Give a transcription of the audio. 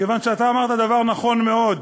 כיוון שאתה אמרת דבר נכון מאוד,